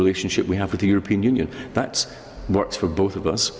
relationship we have with the european union that works for both of us